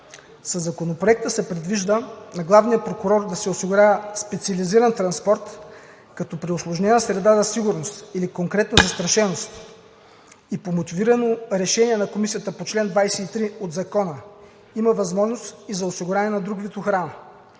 Със Законопроекта се предвижда на главния прокурор да се осигурява специализиран транспорт, като при усложнена среда за сигурност или конкретна застрашеност и по мотивирано решение на Комисията по чл. 23 от Закона има възможност и за осигуряване на друг вид охрана.